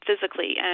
physically